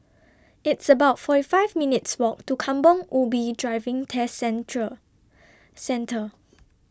It's about forty five minutes' Walk to Kampong Ubi Driving Test Central Centre